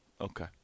Okay